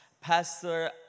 Pastor